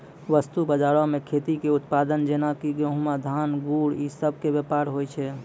वस्तु बजारो मे खेती के उत्पाद जेना कि गहुँम, धान, गुड़ इ सभ के व्यापार होय छै